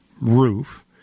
roof